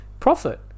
profit